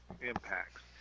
impacts